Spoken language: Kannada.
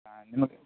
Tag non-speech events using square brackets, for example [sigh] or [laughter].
[unintelligible]